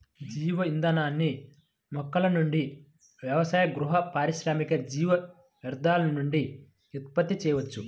జీవ ఇంధనాన్ని మొక్కల నుండి వ్యవసాయ, గృహ, పారిశ్రామిక జీవ వ్యర్థాల నుండి ఉత్పత్తి చేయవచ్చు